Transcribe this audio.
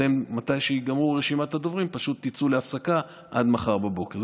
מתי שתיגמר רשימת הדוברים פשוט תצאו להפסקה עד מחר בבוקר.